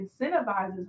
incentivizes